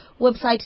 website